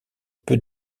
peu